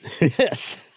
yes